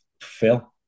Phil